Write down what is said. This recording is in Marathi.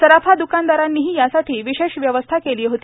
सराफा द्कानदारांनीही यासाठी विशेष व्यवस्था केली होती